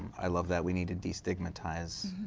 i love that. we need to destigmatize